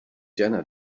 jena